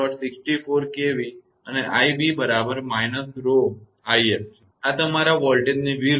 64 kV અને 𝑖𝑏 બરાબર −𝜌𝑖𝑓 છે તમારા વોલ્ટેજની વિરુદ્ધ